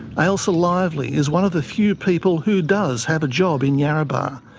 ailsa lively is one of the few people who does have a job in yarrabah.